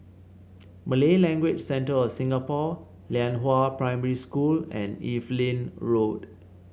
Malay Language Centre of Singapore Lianhua Primary School and Evelyn Road